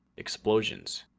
explosions.